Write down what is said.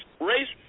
race